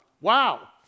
Wow